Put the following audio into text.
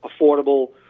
affordable